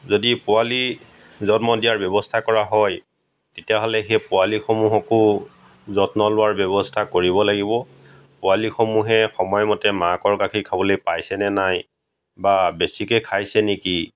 যদি পোৱালি জন্ম দিয়াৰ ব্যৱস্থা কৰা হয় তেতিয়াহ'লে সেই পোৱলিসমূহকো যত্ন লোৱাৰ ব্যৱস্থা কৰিব লাগিব পোৱালিসমূহে সময়মতে মাকৰ গাখীৰ খাবলৈ পাইছে নে নাই বা বেছিকৈ খাইছে নেকি